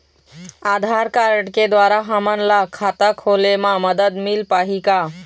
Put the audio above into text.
आधार card के द्वारा हमन ला खाता खोले म मदद मिल पाही का?